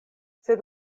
sed